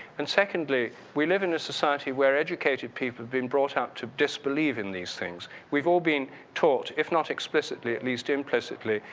and secondly, we live in a society where educated people have been brought up to disbelieve in these things. we've all been taught, if not explicitly at least, implicitly.